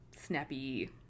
snappy